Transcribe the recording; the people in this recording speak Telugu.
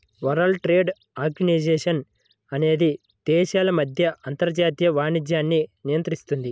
వరల్డ్ ట్రేడ్ ఆర్గనైజేషన్ అనేది దేశాల మధ్య అంతర్జాతీయ వాణిజ్యాన్ని నియంత్రిస్తుంది